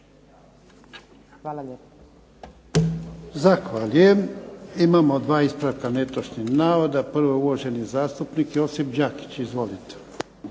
Hvala lijepo.